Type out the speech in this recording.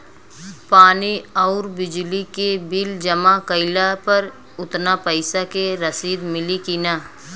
पानी आउरबिजली के बिल जमा कईला पर उतना पईसा के रसिद मिली की न?